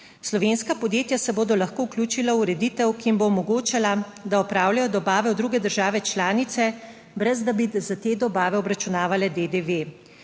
Slovenska podjetja se bodo lahko vključila v ureditev, ki jim bo omogočala, da opravljajo dobave v druge države članice brez, da bi za te dobave obračunavale DDV.